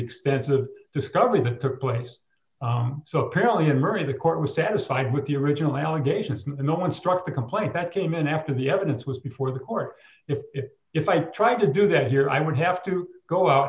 expensive discovery that took place so apparently the murray the court was satisfied with the original allegations in the construct the complaint that came in after the evidence was before the court it if i tried to do that here i would have to go out